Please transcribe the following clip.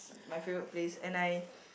my favourite place and I